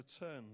return